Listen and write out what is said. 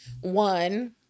one